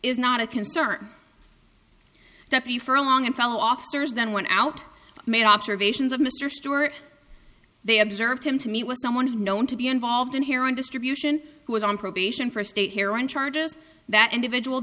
is not a concern that the furlong and fellow officers then went out made observations of mr stewart they observed him to meet with someone who known to be involved in here on distribution who was on probation for a state here on charges that individual